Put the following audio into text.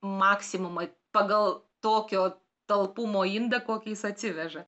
maksimumą pagal tokio talpumo indą kokį jis atsiveža